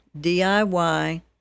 diy